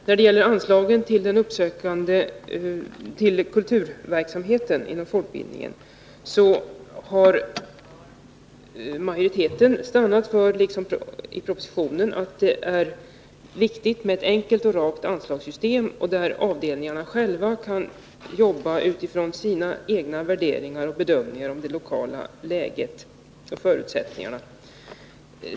När det gäller anslagen till kulturverksamhet inom folkbildningen har majoriteten liksom propositionen stannat för att det är viktigt med ett enkelt och rakt anslagssystem, där avdelningarna själva kan arbeta utifrån sina egna värderingar och bedömningar av det lokala läget och förutsättningarna.